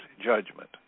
judgment